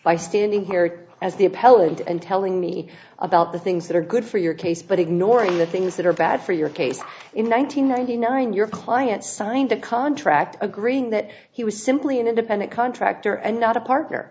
by standing here as the appellant and telling me about the things that are good for your case but ignoring the things that are bad for your case in nine hundred ninety nine your client signed the contract agreeing that was simply an independent contractor and not a partner